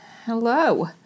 hello